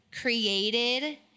created